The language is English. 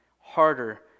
harder